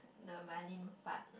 the violin part